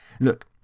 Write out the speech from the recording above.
Look